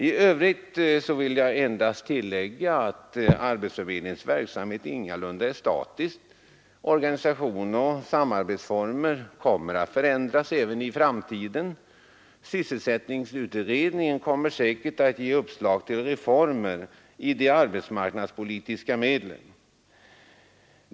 I övrigt vill jag endast tillägga att arbetsförmedlingens verksamhet ingalunda är statisk. Organisation och samarbetsformer kommer att förändras även i framtiden. Sysselsättningsutredningen kommer säkert att ge uppslag till reformer av de arbetsmarknadspolitiska medlen.